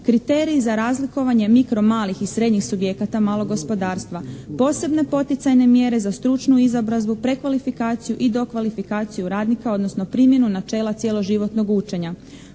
kriteriji za razlikovanje mikro, malih i srednjih subjekata malog gospodarstva, posebne poticajne mjere za stručnu izobrazbu, prekvalifikaciju i dokvalifikaciju radnika, odnosno primjenu načela cjeloživotnog učenja.